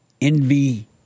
envy